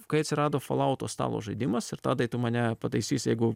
kai atsirado folauto stalo žaidimas ir tadai tu mane pataisysi jeigu